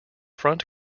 front